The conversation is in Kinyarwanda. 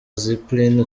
zipline